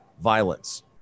violence